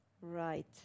Right